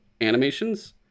animations